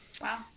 wow